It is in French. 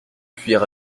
cuillères